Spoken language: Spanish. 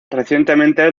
recientemente